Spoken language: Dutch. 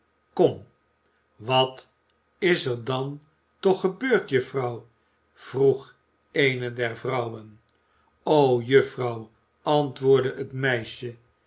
wat is er dan toch gebeurd juffrouw vroeg eene der vrouwen o juffrouw antwoordde het meisje